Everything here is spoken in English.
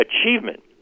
achievement